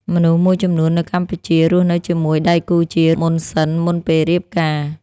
មនុស្សមួយចំនួននៅកម្ពុជារស់នៅជាមួយដៃគូជាមុនសិនមុនពេលរៀបការ។